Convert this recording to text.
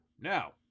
Now